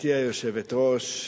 גברתי היושבת-ראש,